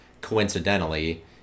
coincidentally